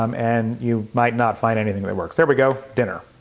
um and you might not find anything that works. there we go, dinner.